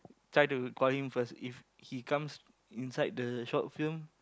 try to call him first if he comes inside the short film